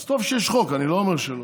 אז טוב שיש חוק, אני לא אומר שלא,